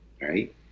right